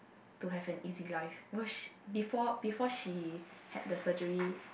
to have an easy life she before before she had the surgery